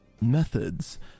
methods